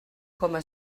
coma